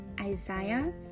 isaiah